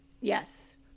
Yes